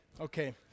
Okay